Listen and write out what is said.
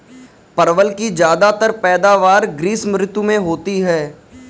परवल की ज्यादातर पैदावार ग्रीष्म ऋतु में होती है